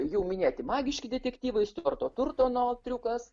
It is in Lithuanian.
jau minėti magiški detektyvai stiuarto turtono triukas